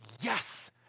yes